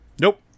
nope